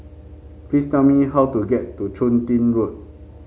please tell me how to get to Chun Tin Road